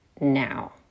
now